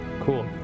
cool